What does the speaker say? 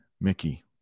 mickey